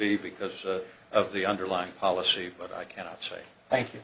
be because of the underlying policy but i cannot say thank you